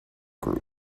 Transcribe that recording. group